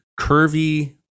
curvy